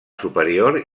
superior